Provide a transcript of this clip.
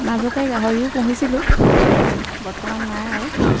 মাজতে গাহৰিও পুহিছিলোঁ বৰ্তমান নাই আৰু